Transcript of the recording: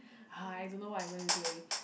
I don't know what I going to do already